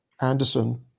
Anderson